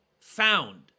found